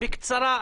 בקצרה,